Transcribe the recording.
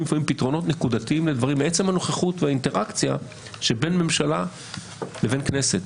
פתרונות נקודתיים לדברים בעצם הנוכחיות והאינטראקציה בין ממשלה לבין כנסת.